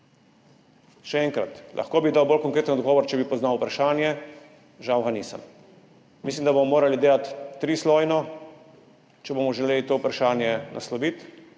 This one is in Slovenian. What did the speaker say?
Še enkrat, lahko bi dal bolj konkreten odgovor, če bi poznal vprašanje, žal, ga nisem. Mislim, da bomo morali delati trislojno, če bomo želeli to vprašanje nasloviti